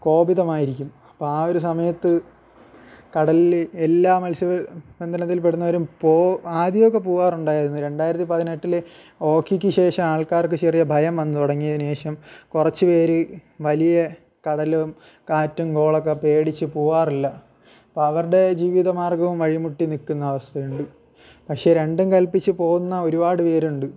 കോപിതമായിരിക്കും അപ്പം ആ ഒരു സമയത്ത് കടലിൽ എല്ലാ മത്സ്യബന്ധനത്തിൽ പെടുന്നവരും ആദ്യമൊക്കെ പോകാറുണ്ടായിരുന്നു രണ്ടായിരത്തി പതിനെട്ടിൽ ഓഖിക്ക് ശേഷം ആൾക്കാർക്ക് ചെറിയ ഭയം വന്നു തുടങ്ങിയതിന് ശേഷം കുറച്ച് പേർ വലിയ കടലും കാറ്റും കോളൊക്കെ പേടിച്ച് പോകാറില്ല അപ്പം അവരുടെ ജീവിത മാർഗ്ഗവും വഴി മുട്ടി നിൽക്കുന്ന അവസ്ഥയുണ്ട് പക്ഷേ രണ്ടും കൽപ്പിച്ച് പോകുന്ന ഒരുപാട് പേരുണ്ട്